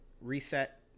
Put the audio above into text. reset